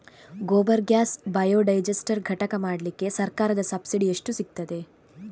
Gobar gas biodigester ಘಟಕ ಮಾಡ್ಲಿಕ್ಕೆ ಸರ್ಕಾರದ ಸಬ್ಸಿಡಿ ಎಷ್ಟು ಸಿಕ್ತಾದೆ?